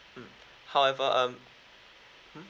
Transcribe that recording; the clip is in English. mm however um mm